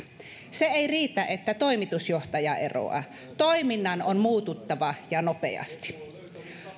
se ei riitä että toimitusjohtaja eroaa toiminnan on muututtava ja nopeasti